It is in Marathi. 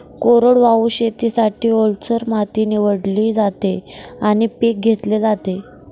कोरडवाहू शेतीसाठी, ओलसर माती निवडली जाते आणि पीक घेतले जाते